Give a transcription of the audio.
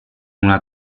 una